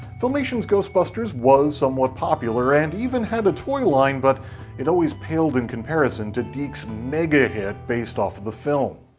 filmation's ghostbusters was somewhat popular and even had a toy line, but it always paled in comparison to dic's mega hit based off the film.